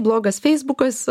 blogas feisbukas